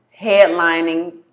headlining